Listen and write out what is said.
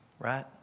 Right